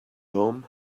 home